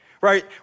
right